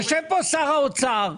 יושב פה שר האוצר,